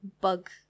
Bug